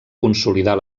consolidar